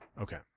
Okay